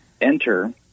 enter